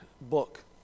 book